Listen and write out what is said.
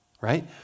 right